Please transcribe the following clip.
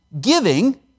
Giving